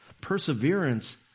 Perseverance